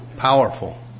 powerful